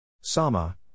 Sama